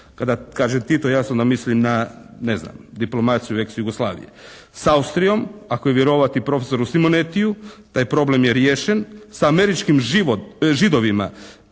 Kada kažem Tito jasno da mislim na, ne znam, diplomaciju ex Jugoslavije. S Austrijom ako je vjerovati profesoru Simonetiju taj problem je riješen. Sa američkim Židovima